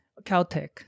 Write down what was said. Caltech